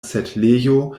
setlejo